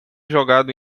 jogado